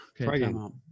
Okay